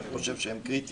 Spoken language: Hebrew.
אני חושב שהן קריטיות.